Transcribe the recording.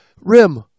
Rim